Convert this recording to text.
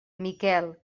miquel